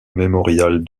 memorial